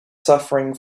suffering